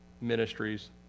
ministries